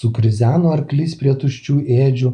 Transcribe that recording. sukrizeno arklys prie tuščių ėdžių